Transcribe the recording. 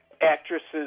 actresses